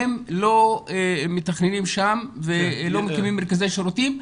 הם לא מתכננים שם ולא מקימים מרכזי שירותים.